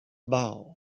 ball